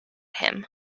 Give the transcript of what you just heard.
him